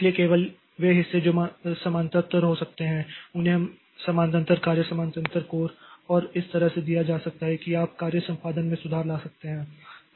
इसलिए केवल वे हिस्से जो समानांतर हो सकते हैं उन्हें इस समानांतर कार्य समानांतर कोर और इस तरह से दिया जा सकता है कि आप कार्य संपादन में सुधार ला सकते हैं